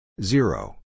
Zero